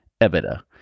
EBITDA